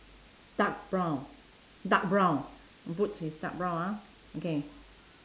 dark brown dark brown boots is dark brown ah okay